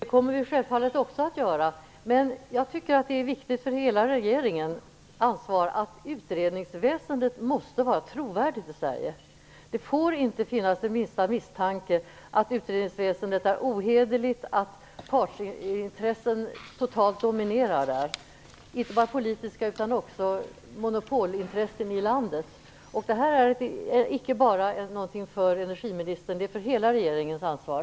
Fru talman! Det kommer vi självfallet också att göra. Men jag tycker att det är viktigt och att det är hela regeringens ansvar att utredningsväsendet i Sverige är trovärdigt. Det får inte finnas den minsta misstanke att utredningsväsendet är ohederligt och att partsintressen totalt dominerar där. Det gäller inte bara politiska intressen utan också monopolintressen i landet. Detta är icke något som bara gäller energiministern. Det är hela regeringens ansvar.